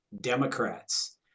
Democrats